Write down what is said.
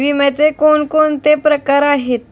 विम्याचे कोणकोणते प्रकार आहेत?